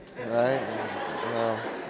right